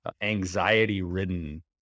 anxiety-ridden